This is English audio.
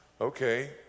okay